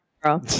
girl